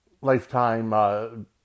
lifetime